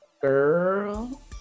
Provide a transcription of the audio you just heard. girl